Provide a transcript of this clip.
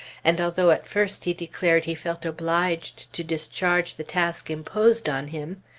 and although at first he declared he felt obliged to discharge the task imposed on him,